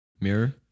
Mirror